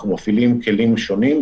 אנחנו מפעילים כלים שונים,